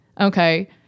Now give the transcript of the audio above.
okay